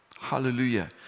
Hallelujah